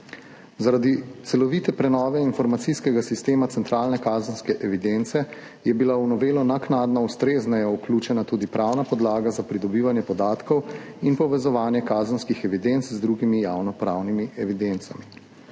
Zaradi celovite prenove informacijskega sistema centralne kazenske evidence je bila v novelo naknadno ustrezneje vključena tudi pravna podlaga za pridobivanje podatkov in povezovanje kazenskih evidenc z drugimi javnopravnimi evidencami.